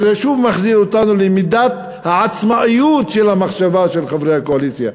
וזה שוב מחזיר אותנו למידת עצמאות המחשבה של חברי הקואליציה,